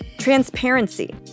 Transparency